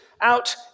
out